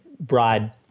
broad